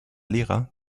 lehrer